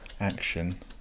Action